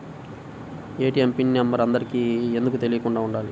ATM PIN number అందరికి ఎందుకు తెలియకుండా ఉండాలి?